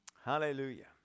Hallelujah